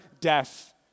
death